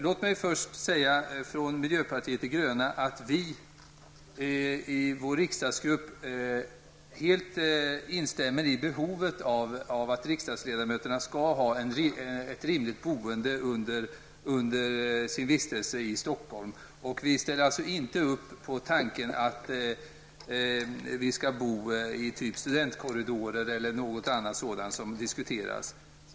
Låt mig först på miljöpartiet de grönas vägnar säga att vi i vår riksdagsgrupp helt instämmer i att riksdagsledamöterna skall ha ett rimligt boende under sin vistelse i Stockholm. Vi ställer alltså inte upp på tanken att vi skall bo i studentkorridorer eller liknande, vilket har diskuterats.